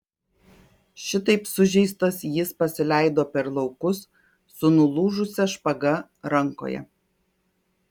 šitaip sužeistas jis pasileido per laukus su nulūžusia špaga rankoje